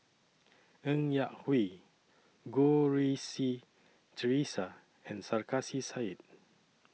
Ng Yak Whee Goh Rui Si Theresa and Sarkasi Said